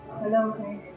Hello